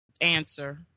answer